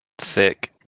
Sick